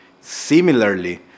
Similarly